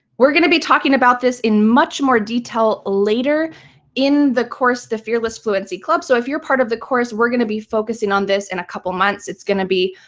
we're going to be talking about this in much more detail later in the course the fearless fluency club. so if you're part of the course, we're going to be focusing on this in a couple months. it's going to be